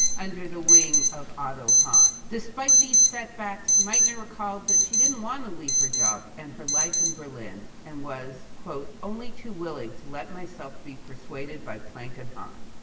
under the wing of otto hahn. despite these setbacks, meitner recalled that she didn't wanna leave her job, and her life in berlin. and was, quote, only too willing to let myself be persuaded by planck and hahn.